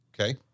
Okay